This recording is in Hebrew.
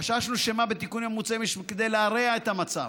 חששנו שמא בתיקונים המוצעים יש כדי להרע את המצב,